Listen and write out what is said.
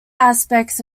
aspects